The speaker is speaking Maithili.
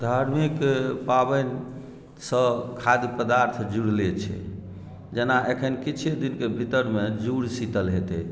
धार्मिक पाबनिसँ खाद्य पदार्थ जुड़ले छै जेना एखन किछे दिनके भीतरमे जुड़ शीतल हेतै